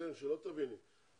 שלא תבינו לא נכון,